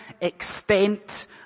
extent